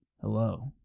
Hello